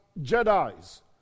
Jedi's